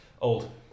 Old